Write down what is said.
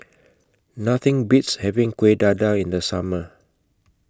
Nothing Beats having Kueh Dadar in The Summer